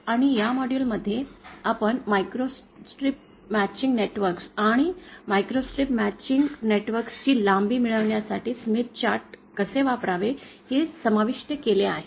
आणि या मॉड्यूलमध्ये आपण मायक्रोस्ट्रिप मॅचिंग नेटवर्क आणि या मायक्रोस्ट्रिप मॅचिंग नेटवर्क ची लांबी मिळविण्यासाठी स्मिथ चार्ट कसे वापरावे हे समाविष्ट केले आहे